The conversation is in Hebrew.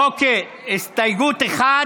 אינו נוכח יולי יואל